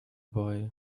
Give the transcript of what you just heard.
boy